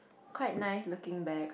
quite nice looking bag